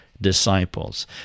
disciples